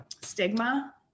stigma